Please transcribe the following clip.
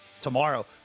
tomorrow